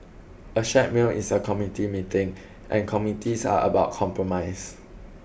a shared meal is a committee meeting and committees are about compromise